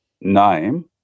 name